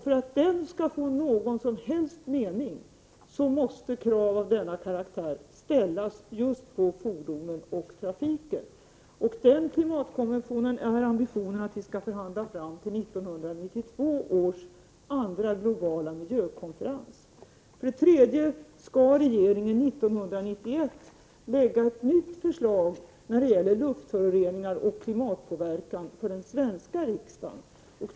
För att den skall få någon som helst mening måste krav av denna karaktär ställas just på fordonen och trafiken. Ambitionen är att vi skall förhandla fram den klimatkonventionen på 1992 års andra globala miljökonferens. För det tredje skall regeringen 1991 lägga fram ett nytt förslag, som gäller luftföroreningar och klimatpåverkan, för den svenska riksdagen.